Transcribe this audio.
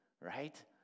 Right